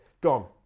gone